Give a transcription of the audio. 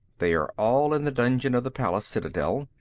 they are all in the dungeon of the palace citadel,